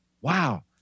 wow